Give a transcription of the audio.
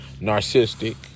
narcissistic